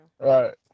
Right